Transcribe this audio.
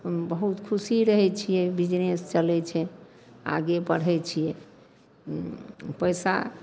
ओहिमे बहुत खुशी रहै छिए बिजनेस चलै छै आगे बढ़ै छिए पइसा